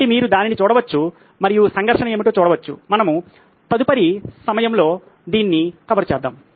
కాబట్టి మీరు దాన్ని చూడవచ్చు మరియు సంఘర్షణ ఏమిటో చూడవచ్చు మనము తదుపరి సమయంలో దీన్ని కవర్ చేద్దాము